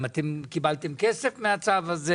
הגבייה עומדת על כ-2.5 מיליון שקל.